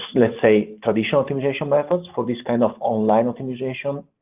let's say traditional optimization methods for this kind of online optimization.